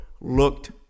looked